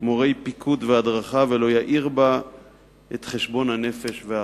מורי פיקוד והדרכה ולא יעיר בה את חשבון-הנפש והאחריות".